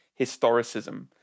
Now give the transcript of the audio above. historicism